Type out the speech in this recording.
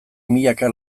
milaka